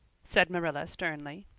said marilla sternly.